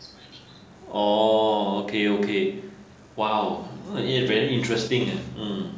orh okay okay !wow! it's very interesting ah hmm